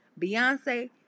Beyonce